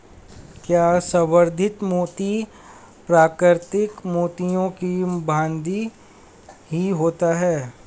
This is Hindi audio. क्या संवर्धित मोती प्राकृतिक मोतियों की भांति ही होता है?